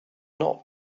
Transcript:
not